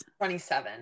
27